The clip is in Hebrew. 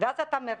ואז אתה מריץ,